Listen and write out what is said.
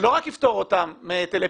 שלא רק יפטור אותם מהיטלי פיתוח,